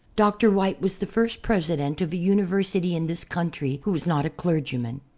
dr. white was the first president of a university in this country who was not a clergyman.